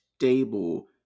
stable